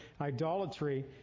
idolatry